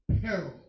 Peril